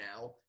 now